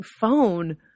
phone